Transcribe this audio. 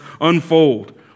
unfold